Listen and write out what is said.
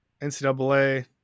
NCAA